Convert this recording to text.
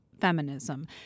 feminism